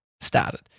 started